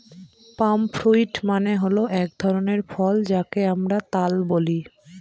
পাম fruit মানে হল এক ধরনের ফল যাকে আমরা তাল বলি